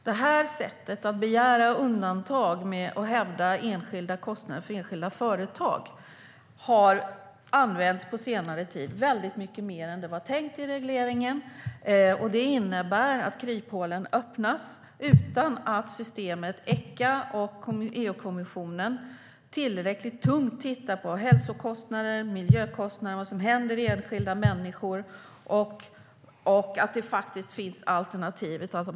Detta sätt att begära undantag och hävda enskilda kostnader för enskilda företag har använts på senare tid väldigt mycket mer än det var tänkt i regleringen. Det innebär att kryphålen öppnas utan att systemet Echa och EU-kommissionen tillräckligt ordentligt tittar på hälsokostnader, miljökostnader och vad som händer enskilda människor och att det faktiskt finns alternativ.